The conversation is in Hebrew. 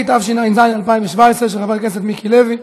התשע"ז 2017, של חבר הכנסת מיקי לוי.